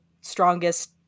strongest